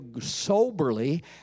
soberly